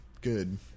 good